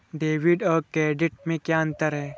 Debit और credit में क्या अंतर है?